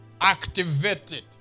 Activated